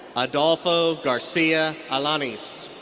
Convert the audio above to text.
adolfo garcia alanis.